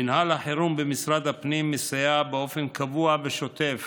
מינהל החירום במשרד הפנים מסייע באופן קבוע ושוטף